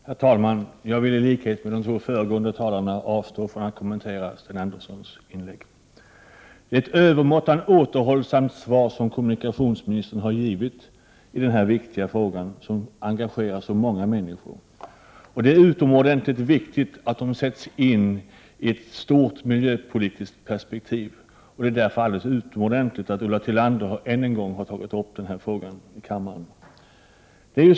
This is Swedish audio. Herr talman! Jag vill i likhet med de två föregående talarna avstå från att kommentera Sten Anderssons i Malmö inlägg. Det är ett övermåttan återhållsamt svar som kommunikationsministern har givit i denna viktiga fråga, som engagerar så många människor. Det är utomordentligt viktigt att den sätts in i ett stort miljöpolitiskt perspektiv. Det är därför alldeles utmärkt att Ulla Tillander än en gång har tagit upp frågan i kammaren.